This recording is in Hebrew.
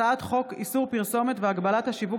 הצעת חוק איסור פרסומת והגבלת השיווק